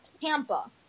Tampa